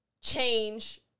change